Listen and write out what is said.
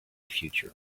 future